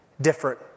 different